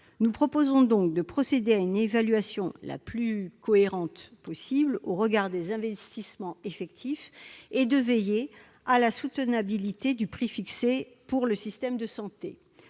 Nous proposons de procéder à une évaluation la plus cohérente possible au regard des investissements effectifs, et de veiller à la soutenabilité du prix fixé pour le système de santé.